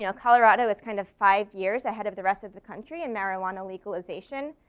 you know colorado is kind of five years ahead of the rest of the country in marijuana legalization,